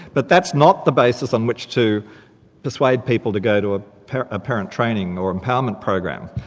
but that's not the basis on which to persuade people to go to a parent parent training, or empowerment program.